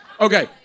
Okay